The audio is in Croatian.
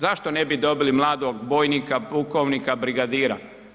Zašto ne bi dobili mladog bojnika, pukovnika, brigadira.